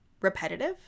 repetitive